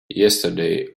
yesterday